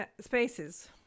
spaces